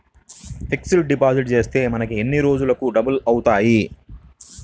Fixed deposit చేస్తే మనకు ఎన్ని రోజులకు డబల్ అవుతాయి?